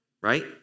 right